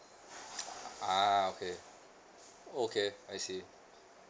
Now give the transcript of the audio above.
ah okay okay I see